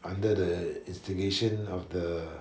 under the instigation of the